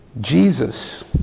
Jesus